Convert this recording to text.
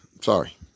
Sorry